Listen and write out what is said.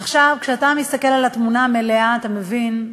עכשיו, כשאתה מסתכל על התמונה המלאה, אתה מבין,